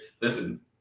Listen